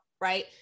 right